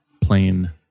plain